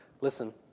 Listen